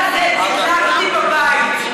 תדלקתי בבית.